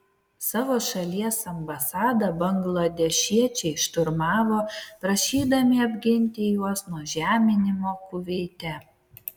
savo šalies ambasadą bangladešiečiai šturmavo prašydami apginti juos nuo žeminimo kuveite